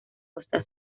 costa